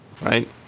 right